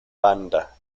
banda